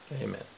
Amen